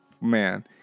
man